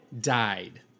died